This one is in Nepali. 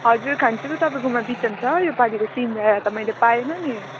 हजुर खान्छु त तपाईँकोमा बिजन छ यो पालिको सिमरायो त मैले पाएनँ नि